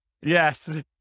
yes